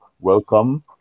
welcome